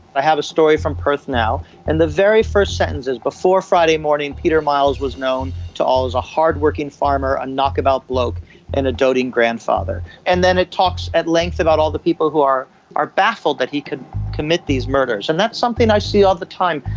i have a story from perth now and the very first sentence is, before friday morning. peter miles was known to all as a hardworking farmer, a knockabout bloke and a doting grandfather. and then it talks at length about all the people who are are baffled that he could commit these murders. and that's something i see all the time,